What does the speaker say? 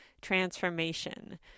transformation